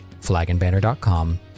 flagandbanner.com